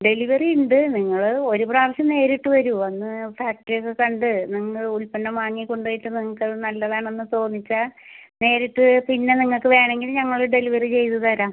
delivery ഉണ്ട് നിങ്ങൾ ഒരു പ്രാവശ്യം നേരിട്ട് വരൂ വന്ന് ഫാക്ടറി ഒക്കെ കണ്ട് നിങ്ങൾ ഉൽപ്പന്നം വാങ്ങി കൊണ്ടുപോയിട്ട് നിങ്ങൾക്കത് നല്ലതാണെന്ന് തോന്നി വെച്ചാൽ നേരിട്ട് പിന്നെ നിങ്ങൾക്ക് വേണമെങ്കിൽ ഞങ്ങൾ ഡെലിവറി ചെയ്ത് തരാം